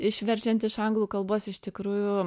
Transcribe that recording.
išverčiant iš anglų kalbos iš tikrųjų